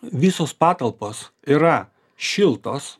visos patalpos yra šiltos